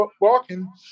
walking